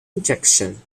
injection